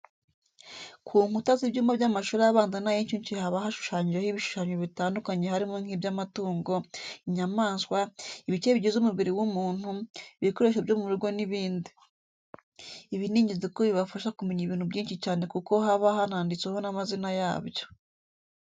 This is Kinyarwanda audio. Ku nkuta z'ibyumba by'amashuri abanza n'ay'incuke haba hashushanyijeho ibishushanyo bitandukanye harimo nk'iby'amatungo, inyamaswa, ibice bigize umubiri w'umuntu, ibikoresho byo mu rugo n'ibindi. Ibi ni ingenzi kuko bibafasha kumenya ibintu byinshi cyane ko haba hananditseho n'amazina yabyo.